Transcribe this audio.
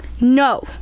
No